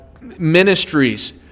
ministries